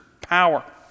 power